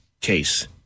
case